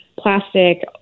plastic